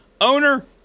owner